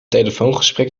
telefoongesprek